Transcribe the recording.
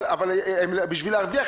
אבל בשביל להרוויח,